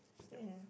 then